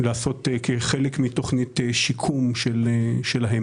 גם כשאת אומרת שאת מכירה את הפנייה,